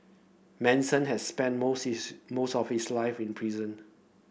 Manson had spent most most of his life in prison